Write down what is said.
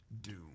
Doom